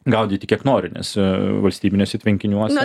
gaudyti kiek nori nes valstybiniuose tvenkiniuose